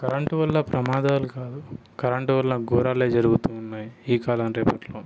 current వల్ల ప్రమాదాలు కాదు కరెంట్ వల్ల ఘోరాలే జరుగుతూ ఉన్నాయి ఈ కాలం రేపట్లో